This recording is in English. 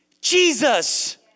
Jesus